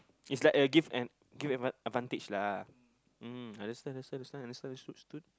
it's like a give an give one advantage lah mm understand understand understand understood stood